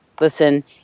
listen